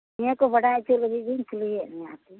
ᱱᱤᱭᱟᱹ ᱠᱚ ᱵᱟᱰᱟᱭ ᱦᱚᱪᱚ ᱞᱟᱹᱜᱤᱫ ᱜᱤᱧ ᱠᱩᱞᱤᱭᱮᱫ ᱢᱮᱭᱟ ᱟᱨᱠᱤ